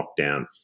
lockdown